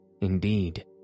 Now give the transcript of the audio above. Indeed